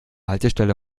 haltestelle